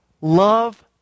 Love